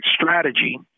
strategy